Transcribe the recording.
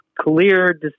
clear